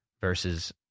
versus